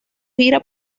gira